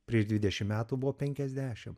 prieš dvidešimt metų buvo penkiasdešimt